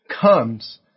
comes